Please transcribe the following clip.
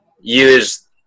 use